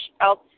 else